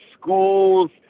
schools